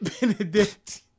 Benedict